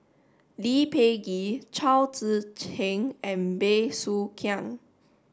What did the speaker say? Lee Peh Gee Chao Tzee Cheng and Bey Soo Khiang